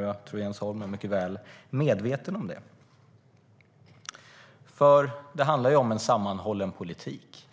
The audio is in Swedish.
Jag tror att Jens Holm är mycket väl medveten om detta. Det handlar om en sammanhållen politik.